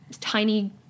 tiny